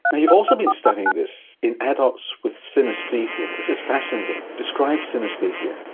you've also been studying this in adults with synaesthesia this is fascinating. describe synaesthesia.